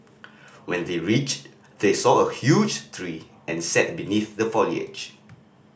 when they reached they saw a huge tree and sat beneath the foliage